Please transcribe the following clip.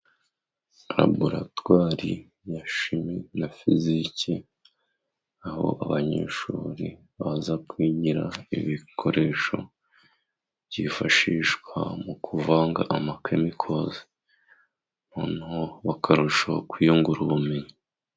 Laboratwari ya shimi na fizike，aho abanyeshuri baza kwigira ibikoresho byifashishwa mu kuvanga amakemikozi. Noneho bakarushoho kwiyungura ubumenyi.